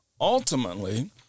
Ultimately